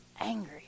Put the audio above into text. angry